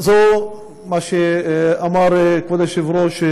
כמו שאמר כבוד היושב-ראש,